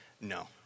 no